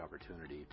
opportunity